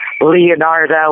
Leonardo